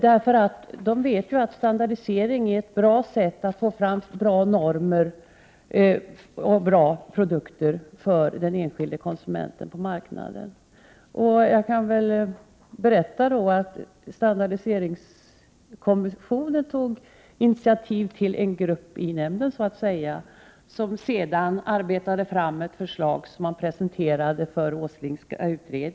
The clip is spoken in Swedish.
Den vet ju att standardisering är ett bra sätt att få fram bra normer och bra produkter för den enskilde konsumenten på marknaden. Standardiseringskommissionen tog initiativ till en grupp i nämnden, som har arbetat fram ett förslag som har presenterats för den Åslingska utredningen.